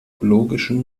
biologischen